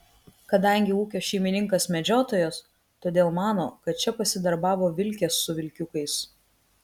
kadangi ūkio šeimininkas medžiotojas todėl mano kad čia pasidarbavo vilkės su vilkiukais